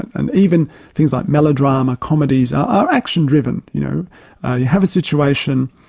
and even things like melodrama, comedies, are action driven, you know. you have a situation,